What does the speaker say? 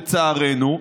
לצערנו.